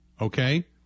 okay